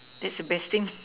that's the best thing